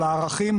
על הערכים,